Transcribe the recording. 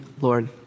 Lord